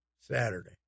Saturday